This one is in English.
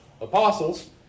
apostles